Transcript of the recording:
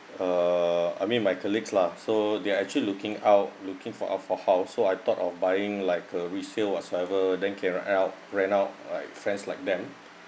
uh I mean my colleagues lah so they are actually looking out looking for of house so I thought on buying like a resale whatsoever then can rent it out rent out like friends like them